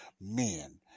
men